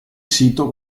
sito